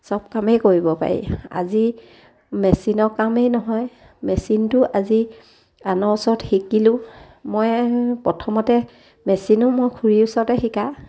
চব কামেই কৰিব পাৰি আজি মেচিনৰ কামেই নহয় মেচিনটো আজি আনৰ ওচৰত শিকিলোঁ মই প্ৰথমতে মেচিনো মই খুৰীৰ ওচৰতে শিকা